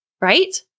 right